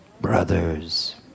brothers